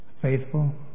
faithful